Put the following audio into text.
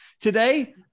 Today